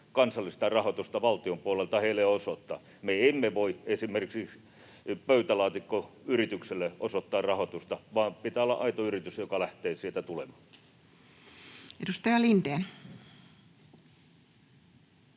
kansallista rahoitusta valtion puolelta heille osoittaa. Me emme voi esimerkiksi pöytälaatikkoyritykselle osoittaa rahoitusta, vaan pitää olla aito yritys, joka lähtee sieltä tulemaan. Edustaja Lindén.